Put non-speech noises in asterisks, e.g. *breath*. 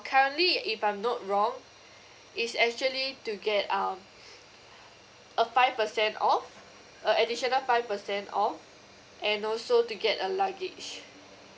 currently if I'm not wrong it's actually to get um *noise* *breath* a five percent off uh additional five percent off and also to get a luggage